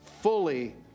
fully